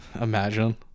imagine